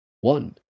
One